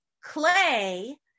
clay